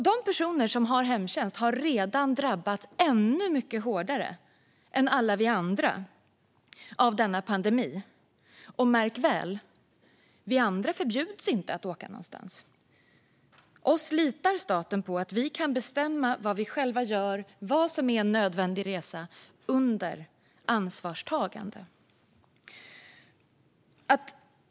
De personer som har hemtjänst har redan drabbats ännu mycket hårdare än alla vi andra av denna pandemi. Och märk väl: Vi andra förbjuds inte att åka någonstans. Staten litar på att vi kan bestämma vad vi själva ska göra och vad som är en nödvändig resa under ansvarstagande. Fru talman!